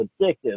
addictive